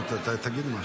תגיד משהו.